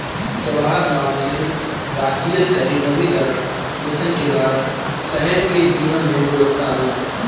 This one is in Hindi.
जवाहरलाल नेहरू राष्ट्रीय शहरी नवीकरण मिशन के कारण शहर के जीवन में गुणवत्ता आई